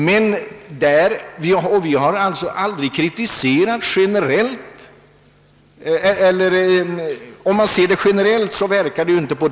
Generellt verkar systemet givetvis inte så.